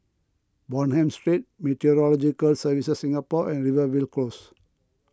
Bonham Street Meteorological Services Singapore and Rivervale Close